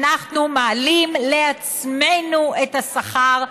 אנחנו מעלים לעצמנו את השכר,